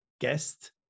guest